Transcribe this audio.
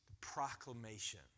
proclamation